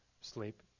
sleep